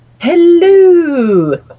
Hello